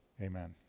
Amen